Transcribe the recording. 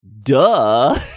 Duh